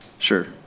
Sure